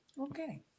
okay